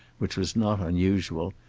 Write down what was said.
which was not unusual,